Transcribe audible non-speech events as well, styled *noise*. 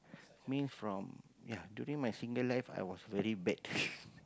mean from ya during my single life I was very bad *laughs*